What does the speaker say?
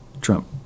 Trump